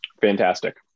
Fantastic